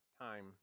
time